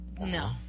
no